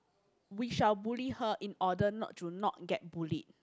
we shall bully her in order not to not get bullied